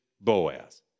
Boaz